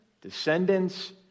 descendants